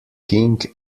king